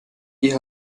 ihr